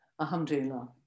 alhamdulillah